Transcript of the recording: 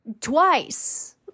Twice